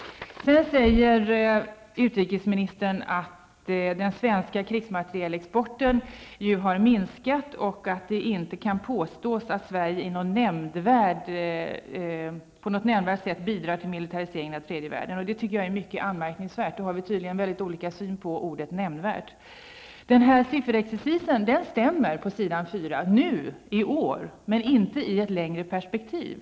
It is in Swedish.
Sedan säger utrikesministern att den svenska krigsmaterielexporten har minskat och att man inte kan påstå att Sverige på något nämnvärt sätt bidrar till militärisering av tredje världen. Det tycker jag är mycket anmärkningsvärt. Då har vi tydligen mycket olika syn på ordet nämnvärt. Sifferexercisen i svaret stämmer nu i år, men inte i ett längre perspektiv.